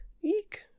eek